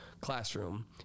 classroom